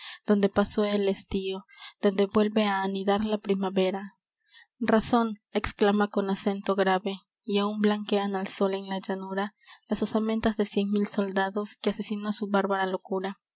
donde pasó el estío donde vuelve á anidar la primavera razon exclama con acento grave y áun blanquean al sol en la llanura las osamentas de cien mil soldados que asesinó su bárbara locura